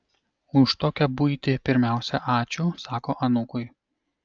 už tokią buitį pirmiausia ačiū sako anūkui